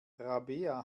rabea